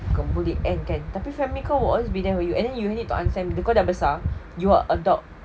kau boleh end kan tapi family kau will always be there with you and you need to understand because kau dah besar you are adult